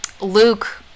Luke